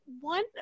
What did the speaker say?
One